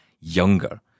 younger